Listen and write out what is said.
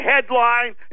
headline